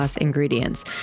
ingredients